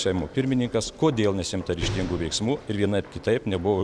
seimo pirmininkas kodėl nesiimta ryžtingų veiksmų ir vienaip kitaip nebuvo